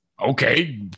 Okay